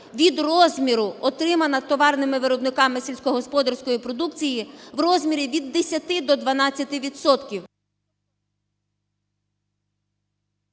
від розміру отримана товарними виробниками сільськогосподарської продукції в розмірі від 10 до 12